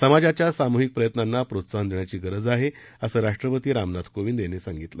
समाजाच्या सामूहिक प्रयत्नांना प्रोत्साहन देण्याची गरज आहेअसं राष्ट्रपती रामनाथ कोविंद यांनी सांगितलं